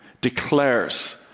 declares